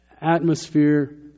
atmosphere